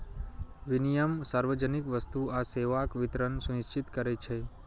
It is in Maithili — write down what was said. विनियम सार्वजनिक वस्तु आ सेवाक वितरण सुनिश्चित करै छै